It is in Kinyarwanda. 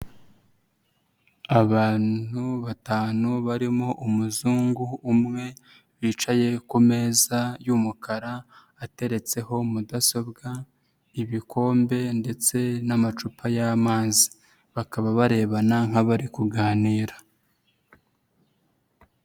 Abantu batanu barimo umuzungu umwe bicaye ku meza y'umukara ateretseho mudasobwa, ibikombe ndetse n'amacupa y'amazi bakaba barebana nk'abari kuganira.